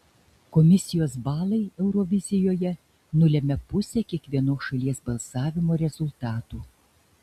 komisijos balai eurovizijoje nulemia pusę kiekvienos šalies balsavimo rezultatų